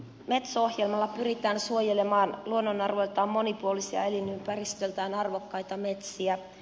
metso ohjelmalla pyritään suojelemaan luonnonarvoiltaan monipuolisia ja elinympäristöltään arvokkaita metsiä